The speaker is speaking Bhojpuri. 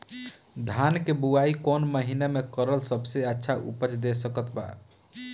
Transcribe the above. धान के बुआई कौन महीना मे करल सबसे अच्छा उपज दे सकत बा?